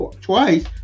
twice